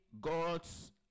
God's